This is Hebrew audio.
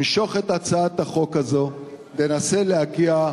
משוך את הצעת החוק הזאת ותנסה להגיע,